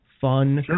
fun